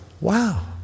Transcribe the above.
Wow